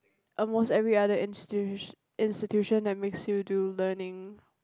almost every other instu~ institution that makes you do learning